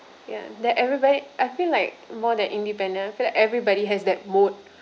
ya that everybody I feel like more than independent I feel like everybody has that mode